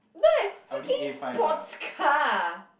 not a freaking sports car